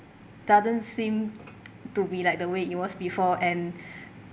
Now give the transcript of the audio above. doesn't seem to be like the way it was before and